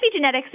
epigenetics